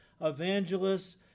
evangelists